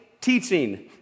teaching